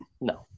No